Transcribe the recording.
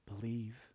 believe